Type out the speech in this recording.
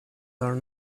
are